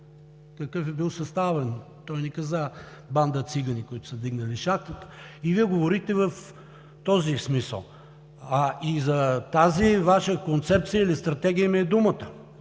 какъв е бил съставът им, той не каза банда цигани, които са вдигнали шахтата, и Вие говорихте в този смисъл. За тази Ваша концепция или стратегия ми е думата.